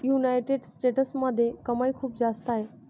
United स्टेट्समध्ये कमाई खूप जास्त आहे